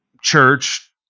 church